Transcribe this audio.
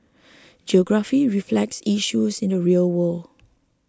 geography reflects issues in the real world